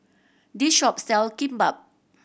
this shop sell Kimbap